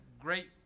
great